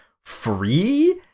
free